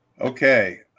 Okay